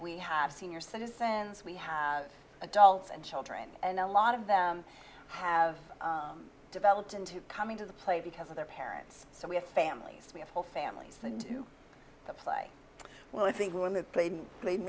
we have senior citizens we have adults and children and a lot of them have developed into coming to the play because of their parents so we have families we have whole families that play well i think when that played played